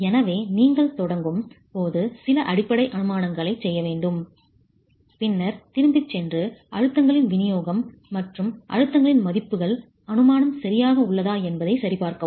எனவே நீங்கள் தொடங்கும் போது சில அடிப்படை அனுமானங்களைச் செய்ய வேண்டும் பின்னர் திரும்பிச் சென்று அழுத்தங்களின் விநியோகம் மற்றும் அழுத்தங்களின் மதிப்புகள் அனுமானம் சரியாக உள்ளதா என்பதைச் சரிபார்க்கவும்